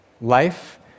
Life